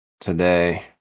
today